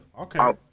okay